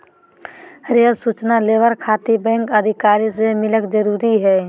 Rail सूचना labour खातिर bank अधिकारी से मिलक जरूरी है?